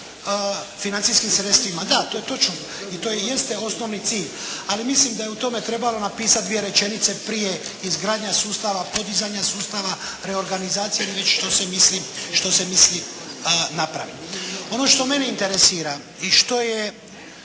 financijskim sredstvima. Da. To je točno. I to jeste osnovni cilj. Ali mislim da je u tome trebalo napisati dvije rečenice prije, izgradnja sustava, podizanja sustava, reorganizacija ili već što se misli napraviti. Ono što mene interesira i što je